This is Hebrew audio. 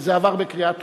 שזה עבר בקריאה טרומית.